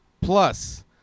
plus